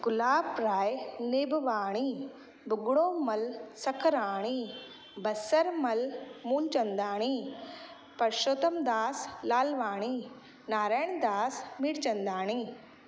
गुलाब Rai Nibwani Bhugromal Sakhrani Basarmal Mulchandani Parshotamdas Lalwani Narayan Das Mirchandani